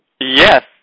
Yes